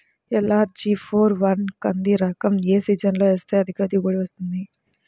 LRG four one కంది రకం ఏ సీజన్లో వేస్తె అధిక దిగుబడి వస్తుంది?